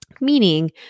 Meaning